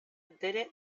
entere